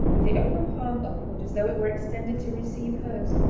with the open palm upward as though it were extended to receive hers,